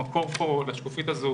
המקור פה לשקופית הזאת